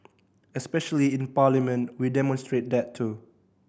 especially in Parliament we demonstrate that too